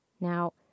Now